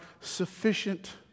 sufficient